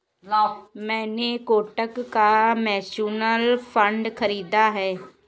मैंने कोटक का mutual fund खरीदा है